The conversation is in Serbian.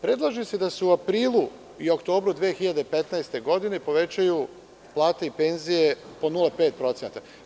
Predlaže se da se u aprilu i oktobru 2015. godine povećaju plate i penzije po 0,5%